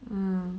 mm